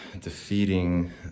defeating